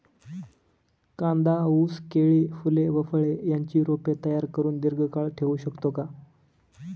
कांदा, ऊस, केळी, फूले व फळे यांची रोपे तयार करुन दिर्घकाळ ठेवू शकतो का?